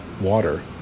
water